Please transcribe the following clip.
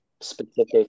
specific